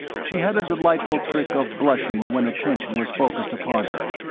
she had a delightful trick of blushing when attention was focussed upon her,